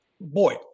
boy